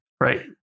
Right